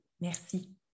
Merci